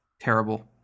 terrible